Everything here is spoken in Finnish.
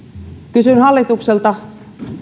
kysyn hallitukselta